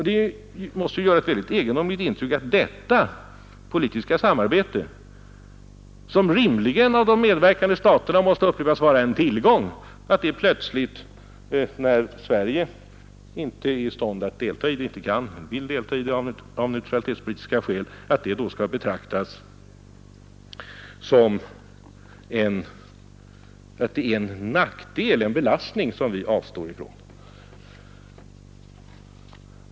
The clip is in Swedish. Det måste ju göra ett mycket egendomligt intryck att detta politiska samarbete, som rimligen av de medverkande staterna måste upplevas vara en tillgång, plötsligt — när Sverige inte vill delta i det av neutralitetspolitiska skäl — skall betraktas som en nackdel, som en belastning som vi med neutralitetspolitiken som motiv avstår ifrån.